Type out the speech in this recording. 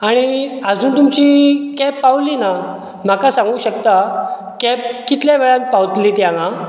आनी आजून तुमची कॅब पावल्ली ना म्हाका सांगूक शकतां कॅब कितल्या वेळान पावतली ती हांगा